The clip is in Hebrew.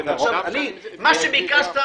מה שביקשת